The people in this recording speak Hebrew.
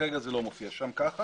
כרגע זה לא מופיע שם ככה,